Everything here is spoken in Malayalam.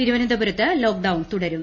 തിരുവനന്തപുരത്ത് ലോക്ഡൌൺ തുടരും